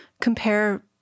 compare